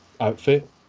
outfit